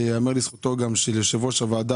וייאמר לזכותו גם של יושב-ראש הוועדה